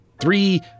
Three